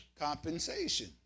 compensation